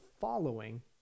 following